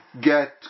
get